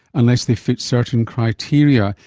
unless they fit certain criteria.